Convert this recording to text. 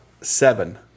seven